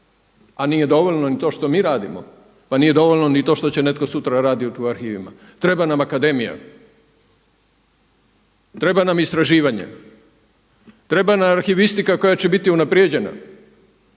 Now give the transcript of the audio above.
A nije dovoljno ni to što mi radimo. Pa nije dovoljno ni to što će netko sutra raditi to u arhivima. Treba nam akademija. Treba nam istraživanje. Treba nam arhivistika koja će biti unaprijeđena.